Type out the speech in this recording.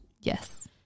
Yes